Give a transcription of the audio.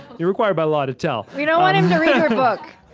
you're required by law to tell we don't want him to read your book.